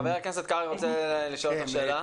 ח"כ הכנסת קרעי רוצה לשאול אותך שאלה.